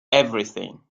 everything